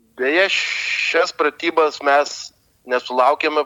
deja šias pratybas mes nesulaukėme